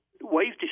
wave